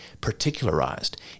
particularized